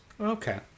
Okay